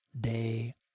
day